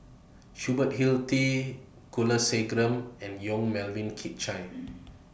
Hubert Hill T Kulasekaram and Yong Melvin Chye